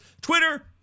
Twitter